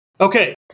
Okay